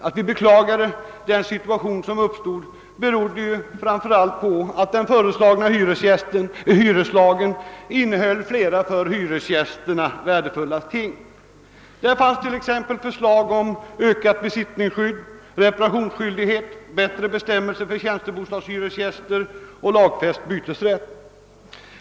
Att vi beklagade den situation som uppstod berodde framför allt på det förhållandet, att den föreslagna hyreslagen innehöll flera för hyresgästerna värdefulla ting. Där framlades t.ex. förslag om ökat besittningsskydd, större reparationsskyldighet, förbättrade bestämmelser för tjänstebostadshyresgäster och lagfäst bytesrätt.